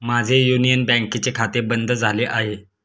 माझे युनियन बँकेचे खाते बंद झाले आहे